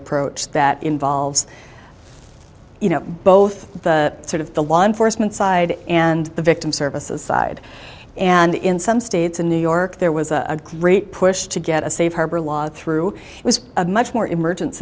approach that involves you know both the sort of the law enforcement side and the victim services side and in some states in new york there was a great push to get a safe harbor law through it was a much more emergen